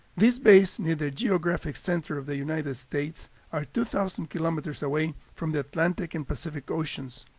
these bays near the geographic center of the united states are two thousand kilometers away from the atlantic and pacific oceans.